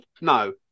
no